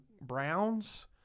Browns